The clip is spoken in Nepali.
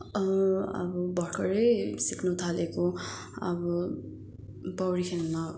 अब भर्खरै सिक्नथालेको अब पौडी खेल्न